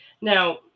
Now